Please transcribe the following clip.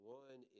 one